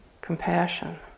compassion